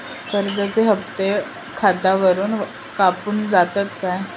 कर्जाचे हप्ते खातावरून कापून जातत काय?